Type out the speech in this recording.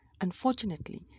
unfortunately